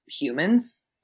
humans